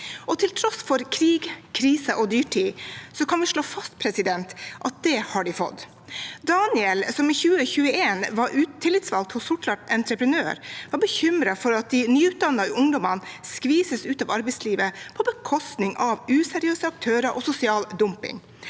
Til tross for krig, krise og dyrtid kan vi slå fast at det har de fått. Daniel, som i 2021 var tillitsvalgt hos Sortland Entreprenør, var bekymret for at de nyutdannede ungdommene skvises ut av arbeidslivet på bekostning av